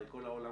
הרי כל העולם,